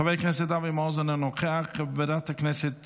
חבר הכנסת אבי מעוז, אינו נוכח, חברת הכנסת